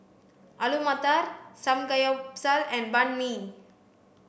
Alu Matar Samgeyopsal and Banh Mi